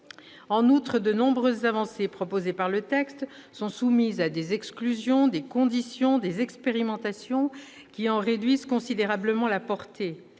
En outre, de nombreuses avancées prévues par le texte sont soumises à des exclusions, des conditions ou des expérimentations qui en réduisent considérablement la portée.